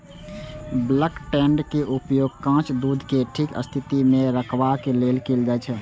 bulk tank के उपयोग कांच दूध कें ठीक स्थिति मे रखबाक लेल कैल जाइ छै